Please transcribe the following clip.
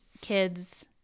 kids